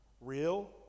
Real